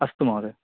अस्तु महोदयः